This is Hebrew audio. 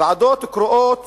ועדות קרואות